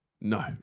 No